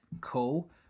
Cool